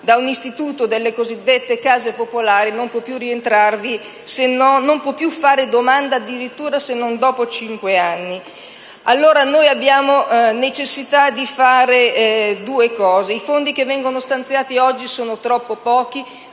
da un istituto delle cosiddette case popolari non può più fare domanda, addirittura, se non dopo cinque anni. Abbiamo necessità di fare due cose: i fondi attualmente stanziati sono troppo esigui,